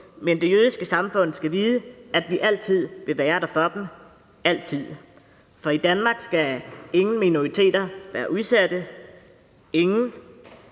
men det jødiske samfund skal vide, at vi altid vil være der for dem, altid, for i Danmark skal ingen minoriteter være udsatte, og